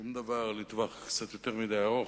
שום דבר לטווח קצת יותר מדי ארוך.